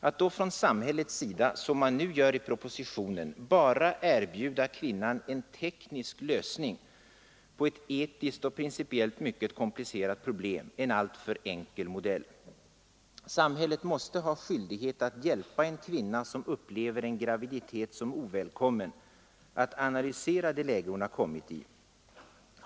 Att då från samhällets sida som man nu gör i propositionen bara erbjuda kvinnan en teknisk lösning på ett etiskt och principiellt mycket komplicerat problem är en alltför enkel modell. Samhället måste ha skyldighet att hjälpa en kvinna som upplever en graviditet som ovälkommen att analysera det läge hon kommit i.